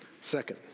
Second